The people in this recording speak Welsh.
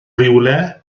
rywle